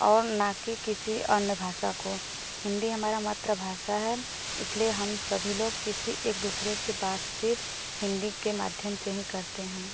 और न की किसी अन्य भाषा को हिंदी हमारा मात्र भाषा है इसलिए हम सभी लोग किसी एक दूसरे से बातचीत हिंदी के माध्यम से ही करते हैं